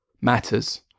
matters